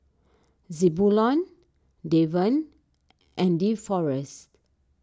Zebulon Devan and Deforest